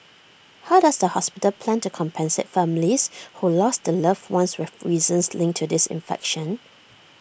how does the hospital plan to compensate families who lost their loved ones with reasons linked to this infection